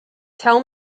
tell